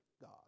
God